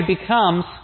becomes